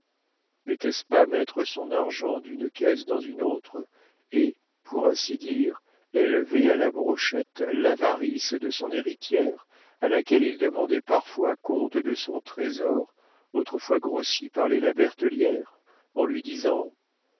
n'était-ce pas mettre son argent d'une caisse dans une autre et pour ainsi dire élever à la brochette l'avarice de son héritière à laquelle il demandait parfois compte de son trésor autrefois grossi par les la bertellière en lui disant